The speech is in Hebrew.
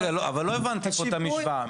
רגע, אבל לא הבנתי פה את המשוואה.